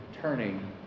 turning